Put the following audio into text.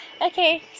okay